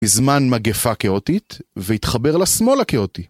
מזמן מגפה כאוטית והתחבר לשמאל הכאוטי